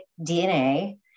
DNA